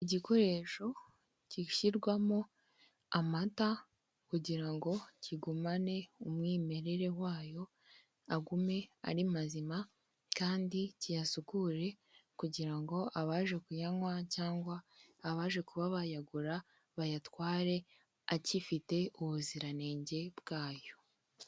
Igikoresho gishyirwamo amata kugira ngo kigumane umwimerere wayo agume ari mazima kandi kiyasugure kugira ngo abaje kuyanywa cyangwa abaje kuba bayagura bayatware akifite ubuziranenge bwayo.